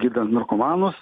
gydant narkomanus